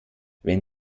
wenn